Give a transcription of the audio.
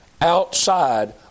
outside